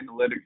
analytics